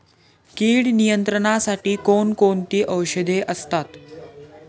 कीड नियंत्रणासाठी कोण कोणती औषधे असतात?